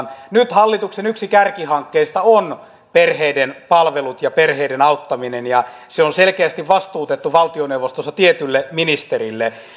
nyt hallituksen yksi kärkihankkeista on perheiden palvelut ja perheiden auttaminen ja se on selkeästi vastuutettu valtioneuvostossa tietylle ministerille